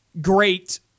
great